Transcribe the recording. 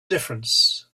difference